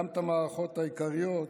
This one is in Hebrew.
גם את המערכות העיקריות,